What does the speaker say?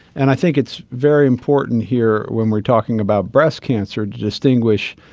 and i think it's very important here when we are talking about breast cancer to distinguish